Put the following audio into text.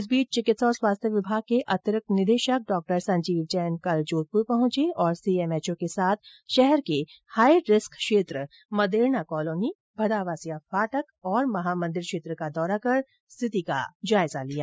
इस बीच चिकित्सा और स्वास्थ्य विभाग के अतिरिक्त निदेशक डॉ संजीव जैन कल जोधपुर पहुंचे और सीएमएचओ के साथ शहर के हाइ रिस्क क्षेत्र मदेरणा कॉलोनी भदावासिया फाटक और महामॅदिर क्षेत्र का दौरा कर स्थिति का जायजा लिया